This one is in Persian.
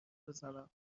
بزنم